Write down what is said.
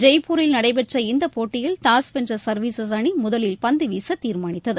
ஜெய்பூரில் நடைபெற்ற இந்த போட்டியில் டாஸ் வென்ற சர்வீசஸ் அணி முதலில் பந்துவீச தீர்மானித்தது